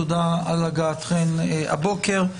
תודה שהגעתכן הבוקר.